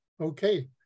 Okay